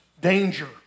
danger